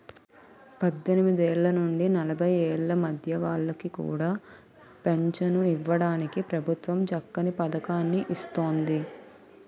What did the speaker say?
పద్దెనిమిదేళ్ల నుండి నలభై ఏళ్ల మధ్య వాళ్ళకి కూడా పెంచను ఇవ్వడానికి ప్రభుత్వం చక్కని పదకాన్ని ఇస్తోంది